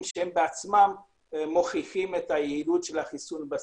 שהן בעצמן מוכיחות את היעילות של החיסון בשדה.